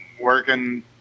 working